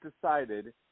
decided